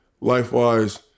life-wise